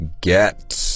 get